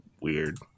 weird